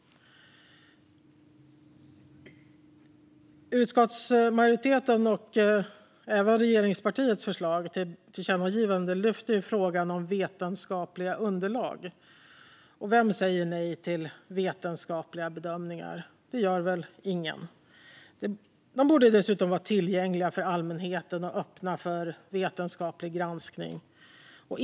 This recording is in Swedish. Utskottsmajoritetens och regeringspartiets förslag till tillkännagivande lyfter frågan om vetenskapliga underlag. Vem säger nej till vetenskapliga bedömningar? Det gör väl ingen. De borde dessutom vara tillgängliga för allmänheten och öppna för vetenskaplig granskning.